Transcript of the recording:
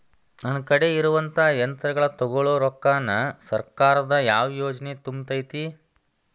ನನ್ ಕಡೆ ಇರುವಂಥಾ ಯಂತ್ರಗಳ ತೊಗೊಳು ರೊಕ್ಕಾನ್ ಸರ್ಕಾರದ ಯಾವ ಯೋಜನೆ ತುಂಬತೈತಿ?